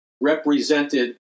represented